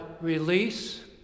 release